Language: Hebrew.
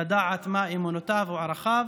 לדעת מה אמונותיו או ערכיו,